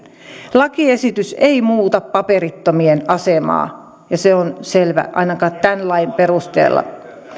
lakiesitys ei muuta paperittomien asemaa ja se on selvä ainakaan tämän lain perusteella